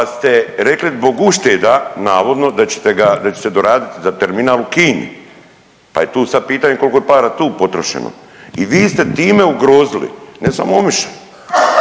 pa ste rekli zbog ušteda navodno da ćete ga, da ćete se doradit za terminal u Kini, pa je tu sad pitanje koliko je para tu potrošeno. I vi ste time ugrozili ne samo Omišalj